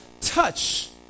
Touch